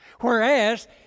Whereas